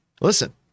listen